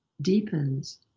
deepens